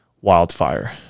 wildfire